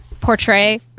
portray